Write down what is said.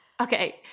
Okay